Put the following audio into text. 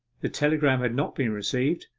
the telegram had not been received,